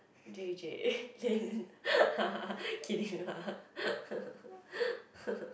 J_J Lin kidding lah